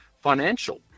financial